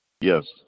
Yes